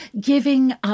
giving